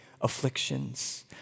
afflictions